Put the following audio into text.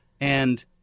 and-